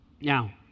now